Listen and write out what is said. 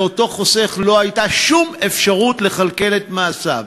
לאותו חוסך לא הייתה שום אפשרות לכלכל את מעשיו.